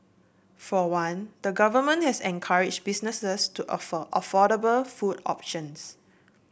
for one the Government has encouraged businesses to offer affordable food options